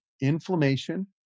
inflammation